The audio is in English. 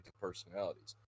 personalities